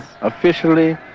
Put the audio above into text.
officially